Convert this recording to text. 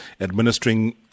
administering